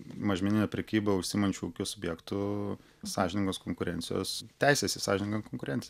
mažmeninė prekyba užsiimančių ūkio subjektų sąžiningos konkurencijos teisės į sąžiningą konkurenciją